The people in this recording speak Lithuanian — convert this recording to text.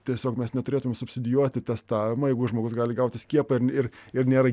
tiesiog mes neturėtum subsidijuoti testavimo jeigu žmogus gali gauti skiepą ir ir nėra